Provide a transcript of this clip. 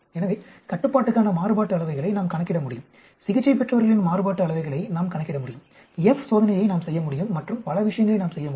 எனவே கட்டுப்பாட்டுக்கான மாறுபாட்டு அளவைகளை நாம் கணக்கிடமுடியும் சிகிச்சை பெற்றவர்களின் மாறுபாட்டு அளவைகளை நாம் கணக்கிடமுடியும் F சோதனையை நாம் செய்யமுடியும் மற்றும் பல விஷயங்களை நாம் செய்ய முடியும்